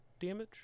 damage